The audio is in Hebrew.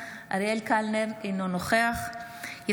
אינה נוכחת אריאל קלנר,